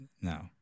no